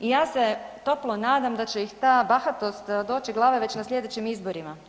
I ja se toplo nadam da će ih ta bahatost doći glave već na slijedećim izborima.